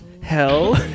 Hell